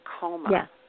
coma